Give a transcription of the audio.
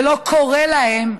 ולא קורא להם: